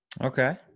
Okay